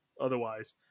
otherwise